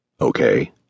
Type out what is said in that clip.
Okay